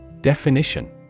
Definition